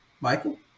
Michael